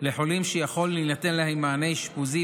לחולים שיכול להינתן להם מענה אשפוזי,